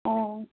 অঁ